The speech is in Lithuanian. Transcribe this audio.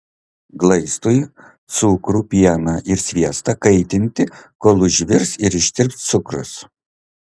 glaistui cukrų pieną ir sviestą kaitinti kol užvirs ir ištirps cukrus